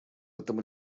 этом